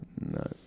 No